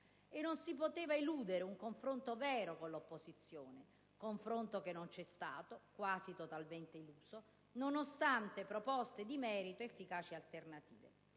E non si poteva eludere un confronto vero con l'opposizione, confronto che non c'è stato, quasi totalmente eluso, nonostante proposte di merito efficaci e alternative.